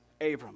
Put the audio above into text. Abram